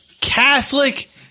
Catholic